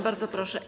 Bardzo proszę.